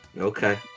Okay